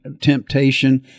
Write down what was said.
temptation